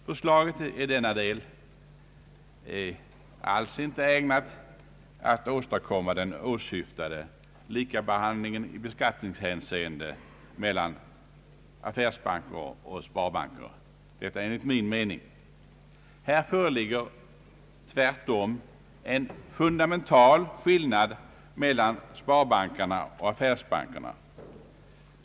Förslaget i denna del är alls icke ägnat att åstadkomma den åsyftade likabehandlingen i beskattningshänseende mellan affärsbanker och sparbanker — detta enligt min mening. Här föreligger tvärtom en fundamental skillnad mellan sparbankerna och affärsbankerna.